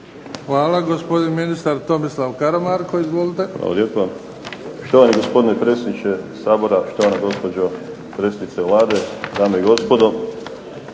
Hvala. Gospodin ministar Tomislav Karamarko, izvolite. **Karamarko, Tomislav** Hvala lijepo. Štovani gospodine predsjedniče Sabora, štovana gospođo predsjednice Vlade, dame i gospodo.